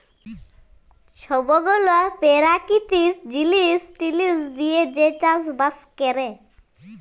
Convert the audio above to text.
ছব গুলা পেরাকিতিক জিলিস টিলিস দিঁয়ে যে চাষ বাস ক্যরে